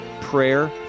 prayer